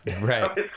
Right